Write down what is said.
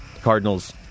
Cardinals